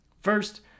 First